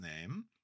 name